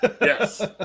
Yes